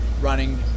running